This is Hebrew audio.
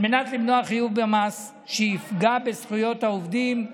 על מנת למנוע חיוב במס שיפגע בזכויות העובדים,